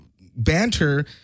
banter